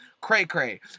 cray-cray